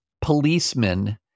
policemen